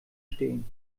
stehen